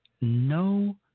no